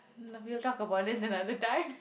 na~ we'll talk about this another time